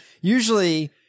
Usually